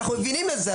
אנחנו מבינים את זה,